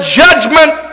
judgment